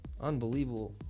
Unbelievable